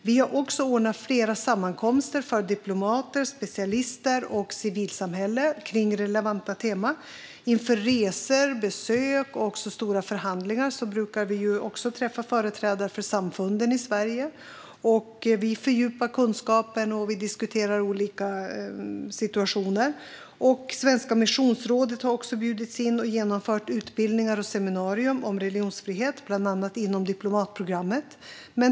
Vi har också ordnat flera sammankomster för diplomater, specialister och civilsamhälle om relevanta teman. Inför resor, besök och stora förhandlingar brukar vi träffa företrädare för samfunden i Sverige, och vi fördjupar kunskapen och diskuterar olika situationer. Svenska missionsrådet har också bjudits in och genomfört utbildningar och seminarier om religionsfrihet, bland annat inom diplomatprogrammet.